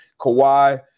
Kawhi